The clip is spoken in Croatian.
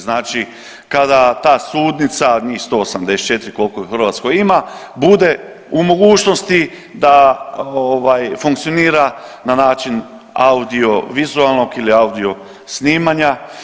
Znači kada ta sudnica njih 184 koliko ih u Hrvatskoj ima bude u mogućnosti da ovaj funkcionira na način audio vizualnog ili audio snimanja.